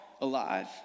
alive